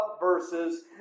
verses